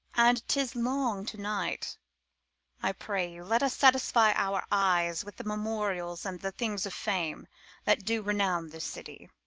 and t is long to night i pray you, let us satisfy our eyes with the memorials and the things of fame that do renown this city.